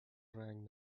رنگ